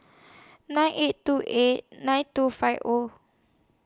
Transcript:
nine eight two eight nine two five O